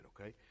okay